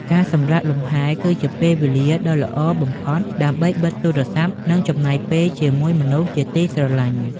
ការសម្រាកលំហែ គឺជាពេលវេលាដ៏ល្អបំផុតដើម្បីបិទទូរស័ព្ទ និងចំណាយពេលជាមួយមនុស្សជាទីស្រឡាញ់។